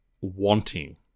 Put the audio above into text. wanting